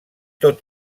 tot